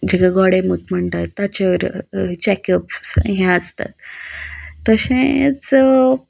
जेका गोडे मुत म्हणटात ताचेर चॅकअप हें आसतात तशेंच